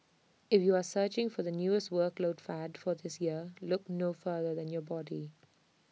if you are searching for the newest workout fad for this year look no further than your body